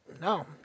No